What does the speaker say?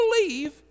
believe